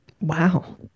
Wow